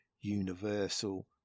Universal